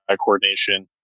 coordination